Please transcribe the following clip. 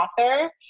author